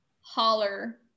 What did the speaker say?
holler